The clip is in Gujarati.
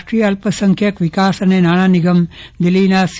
રાષ્ટ્રીય અલ્પસંખ્યક વિકાસ અને નાણાં નિગમ દિલ્હીના સી